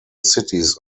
cities